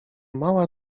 mała